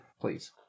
please